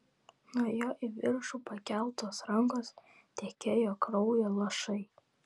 nuo jo į viršų pakeltos rankos tekėjo kraujo lašai